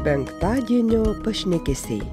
penktadienio pašnekesiai